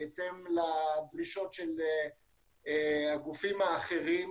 בהתאם לדרישות של הגופים האחרים,